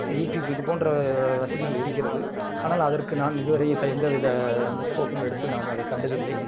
YouTube இதுபோன்ற வசதிகள் இருக்கிறது ஆனால் அதற்கு நான் இதுவரை த எந்தவித முற்போக்கும் எடுத்து நான் அதை கண்டதில்லை